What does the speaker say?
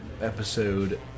episode